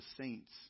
saints